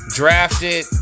drafted